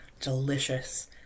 delicious